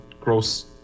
gross